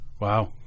wow